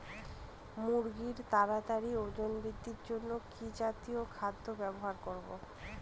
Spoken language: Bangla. মুরগীর তাড়াতাড়ি ওজন বৃদ্ধির জন্য কি জাতীয় খাদ্য ব্যবহার করব?